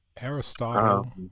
Aristotle